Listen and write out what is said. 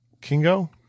Kingo